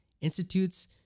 institutes